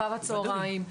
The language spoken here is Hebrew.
אחר הצוהריים,